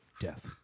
death